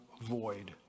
void